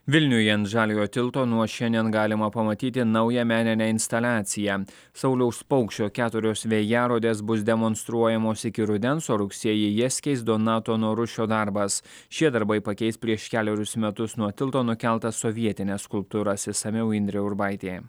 vilniuje ant žaliojo tilto nuo šiandien galima pamatyti naują meninę instaliaciją sauliaus paukščio keturios vėjarodės bus demonstruojamos iki rudens o rugsėjį jas keis donato norušio darbas šie darbai pakeis prieš kelerius metus nuo tilto nukeltas sovietines skulptūras išsamiau indrė urbaitė